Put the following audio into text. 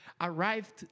Arrived